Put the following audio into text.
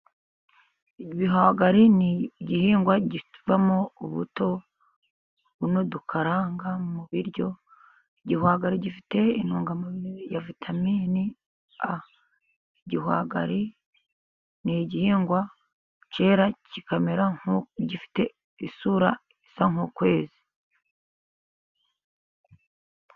Ibihwagari ni igihingwa kivamo ubuto buno dukaranga mu biryo. Igihwagari gifite intungamubiri ya vitamini a. Igihwagari ni igihingwa cyera kikamera, gifite isura isa nk'ukwezi.